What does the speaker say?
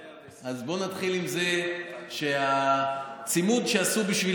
אז בואו נתחיל עם זה שהצימוד שעשו בשביל